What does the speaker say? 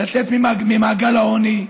לצאת ממעגל העוני.